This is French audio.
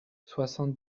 soixante